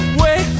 wait